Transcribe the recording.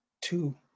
Two